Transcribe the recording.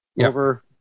over